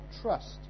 trust